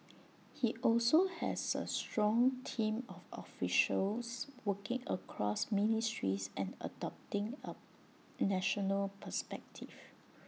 he also has A strong team of officials working across ministries and adopting A national perspective